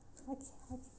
okay okay